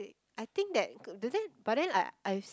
I think that but then I I've